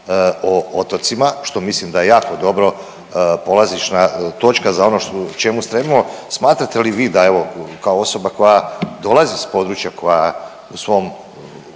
o otocima, što mislim da je jako dobra polazišna točka za ono čemu stremimo. Smatrate li vi da evo kao osoba koja dolazi s područja koja u svom